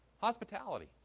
Hospitality